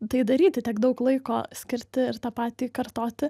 tai daryti tiek daug laiko skirti ir tą patį kartoti